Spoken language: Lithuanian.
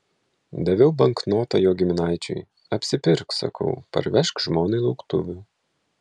daviau banknotą jo giminaičiui apsipirk sakau parvežk žmonai lauktuvių